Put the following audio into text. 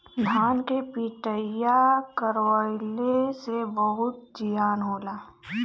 धान के पिटईया करवइले से बहुते जियान होला